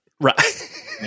Right